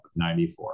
94